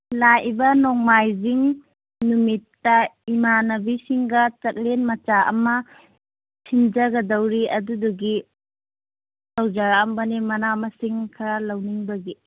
ꯂꯥꯛꯏꯕ ꯅꯣꯡꯃꯥꯏꯖꯤꯡ ꯅꯨꯃꯤꯠꯇ ꯏꯃꯥꯅꯕꯤꯁꯤꯡꯒ ꯆꯥꯛꯂꯦꯟ ꯃꯆꯥ ꯑꯃ ꯁꯤꯟꯖꯒꯗꯧꯔꯤ ꯑꯗꯨꯗꯨꯒꯤ ꯇꯧꯖꯔꯛꯑꯝꯕꯅꯦ ꯃꯅꯥ ꯃꯁꯤꯡ ꯈꯔ ꯂꯧꯅꯤꯡꯕꯒꯤ